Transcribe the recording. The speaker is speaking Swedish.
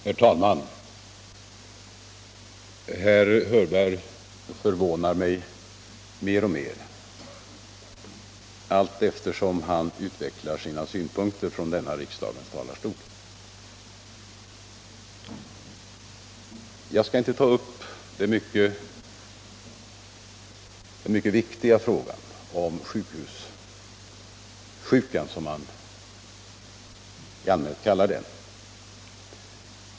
Herr talman! Herr Hörberg förvånar mig mer och mer allteftersom han här utvecklar sina synpunkter. Jag skall inte ta upp den mycket viktiga frågan om sjukhussjukan, som man allmänt kallar den.